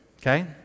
okay